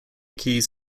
keys